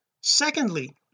secondly